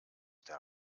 der